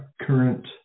current